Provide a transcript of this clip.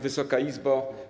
Wysoka Izbo!